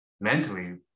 mentally